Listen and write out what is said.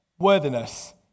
worthiness